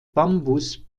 bambus